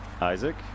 Isaac